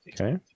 Okay